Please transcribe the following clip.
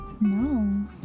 No